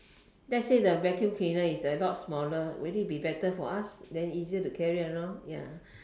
let's say the vacuum cleaner is a lot smaller will it be better for us then easier to carry around ya